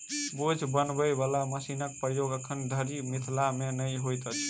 बोझ बनबय बला मशीनक प्रयोग एखन धरि मिथिला मे नै होइत अछि